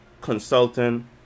consultant